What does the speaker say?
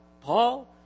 Paul